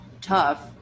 tough